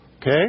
Okay